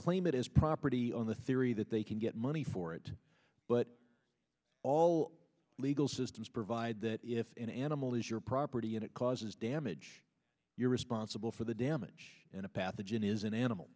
claim it as property on the theory that they can get money for it but all legal systems provide that if an animal is your property and it causes damage you're responsible for the damage and a pathogen is an animal